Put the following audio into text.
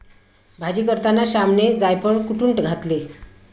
भाजी करताना श्यामने जायफळ कुटुन घातले